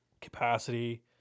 capacity